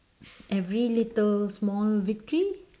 every little small victory